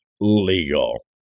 legal